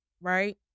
right